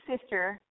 sister